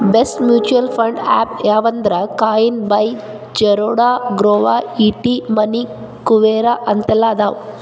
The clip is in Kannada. ಬೆಸ್ಟ್ ಮ್ಯೂಚುಯಲ್ ಫಂಡ್ ಆಪ್ಸ್ ಯಾವಂದ್ರಾ coin by Zerodha Groww ET money Kuvera ಅಂತೆಲ್ಲಾ ಅದಾವ